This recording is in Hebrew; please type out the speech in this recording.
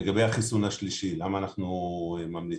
לגבי החיסון השלישי: למה אנחנו ממליצים.